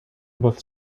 both